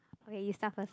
okay you start first